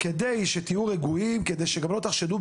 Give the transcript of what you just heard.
אבל מבקש שתתמקד בסיבה שלשמה הוזמנת היום.